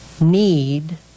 need